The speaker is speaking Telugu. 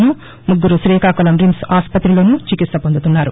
లోను ముగ్గురు శ్రీకాకుళం రిమ్స్ ఆస్పతిలోను చికిత్సపొందుతున్నారు